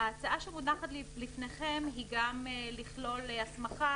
ההצעה שמונחת לפניכם היא גם לכלול הסמכה